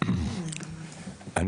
בבקשה.